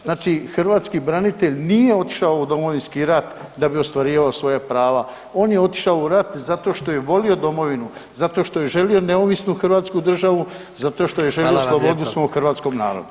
Znači hrvatski branitelji nije otišao u Domovinski rat da bi ostvarivao svoja prava, on je otišao u rat zato što je volio domovinu, zato što je želio neovisnu Hrvatsku državu, zato što je želio slobodu svom hrvatskom narodu.